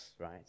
right